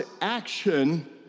action